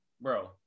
Bro